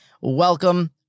Welcome